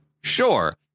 sure